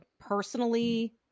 personally